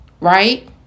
right